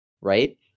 right